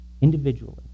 individually